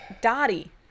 Dottie